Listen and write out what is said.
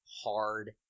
hard